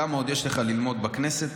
כמה יש לך עוד ללמוד בכנסת.